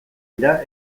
dira